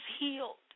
healed